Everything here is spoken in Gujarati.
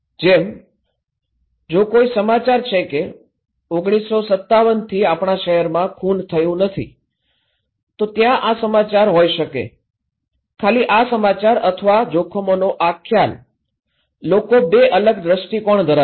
જેમ જો કોઈ સમાચાર છે કે ૧૯૫૭થી આપણા શહેરમાં ખૂન થયું નથી તો ત્યાં આ સમાચાર હોઈ શકે ખાલી આ સમાચાર અથવા જોખમનો આ ખ્યાલ લોકો બે અલગ દ્રષ્ટિકોણ ધરાવે છે